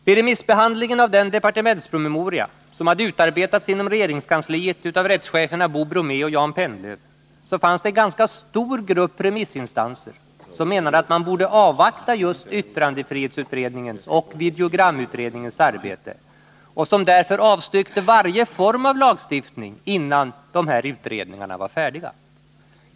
Vid remissbehandlingen av den departementspromemoria som hade utarbetats inom regeringskansliet av rättscheferna Bo Broomé och Jan Pennlöv fanns det en ganska stor grupp remissinstanser som menade att man borde avvakta just yttrandefrihetsutredningens och videogramutredningens arbete och som därför avstyrkte varje form av lagstiftning innan dessa utredningar var färdiga.